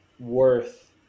Worth